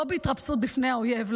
לא בהתרפסות בפני האויב.